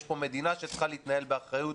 יש כאן מדינה שצריכה להתנהל באחריות,